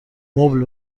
مبل